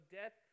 death